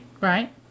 Right